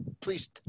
Please